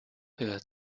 hör